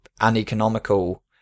uneconomical